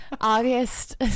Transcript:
August